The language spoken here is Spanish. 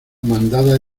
mandada